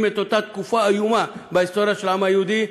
את אותה תקופה איומה בהיסטוריה של העם היהודי,